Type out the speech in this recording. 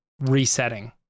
resetting